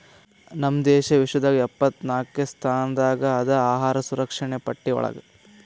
ನಮ್ ದೇಶ ವಿಶ್ವದಾಗ್ ಎಪ್ಪತ್ನಾಕ್ನೆ ಸ್ಥಾನದಾಗ್ ಅದಾ ಅಹಾರ್ ಸುರಕ್ಷಣೆ ಪಟ್ಟಿ ಒಳಗ್